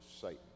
Satan